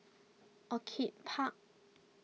Orchid Park